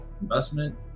investment